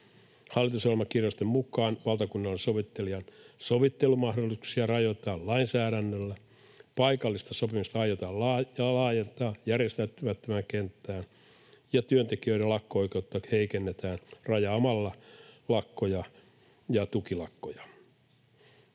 Hallitusohjelmakirjausten mukaan valtakunnansovittelijan sovittelumahdollisuuksia rajoitetaan lainsäädännöllä, paikallista sopimista aiotaan laajentaa järjestäytymättömään kenttään ja työntekijöiden lakko-oikeutta heikennetään rajaamalla lakkoja ja tukilakkoja.